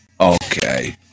Okay